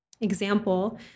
example